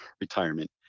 retirement